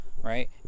right